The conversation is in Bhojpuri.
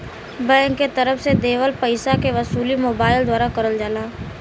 बैंक के तरफ से देवल पइसा के वसूली मोबाइल द्वारा करल जाला